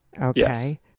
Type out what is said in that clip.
Okay